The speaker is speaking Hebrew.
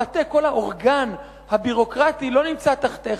המטה, כל האורגן הביורוקרטי לא נמצא תחתיך,